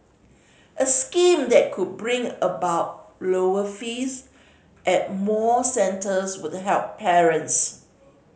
a scheme that could bring about lower fees at more centres would help parents